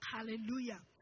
Hallelujah